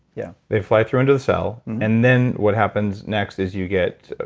yeah they fly through into the cell, and then what happens next is you get,